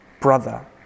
brother